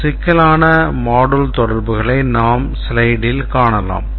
ஒரு சிக்கலான module தொடர்புகளை நாம் ஸ்லைடில் காணலாம்